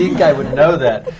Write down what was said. think i would know that!